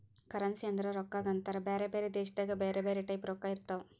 currency ಅಂದುರ್ ರೊಕ್ಕಾಗ ಅಂತಾರ್ ಬ್ಯಾರೆ ಬ್ಯಾರೆ ದೇಶದಾಗ್ ಬ್ಯಾರೆ ಬ್ಯಾರೆ ಟೈಪ್ ರೊಕ್ಕಾ ಇರ್ತಾವ್